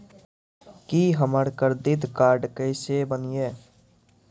की हमर credit card केसे बनिये?